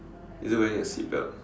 is it wearing a seatbelt